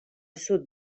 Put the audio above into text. sud